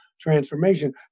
transformation